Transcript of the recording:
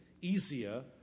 easier